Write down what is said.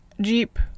Jeep